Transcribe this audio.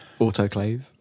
Autoclave